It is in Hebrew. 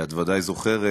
את ודאי זוכרת,